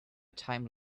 time